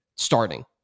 starting